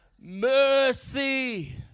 mercy